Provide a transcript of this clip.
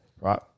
Right